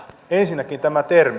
ensinnäkin tämä termi